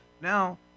now